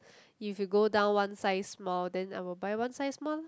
if you go down one size small then I will buy one size small lor